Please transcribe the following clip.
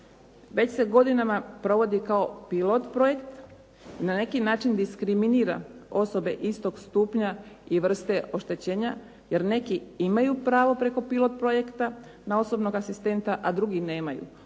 Već se godinama provodi kao pilot projekt, na neki način diskriminira osobe istog stupnja i vrste oštećenja jer neki imaju pravo preko pilot projekta na osobnog asistenta, a drugi nemaju.